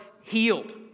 Healed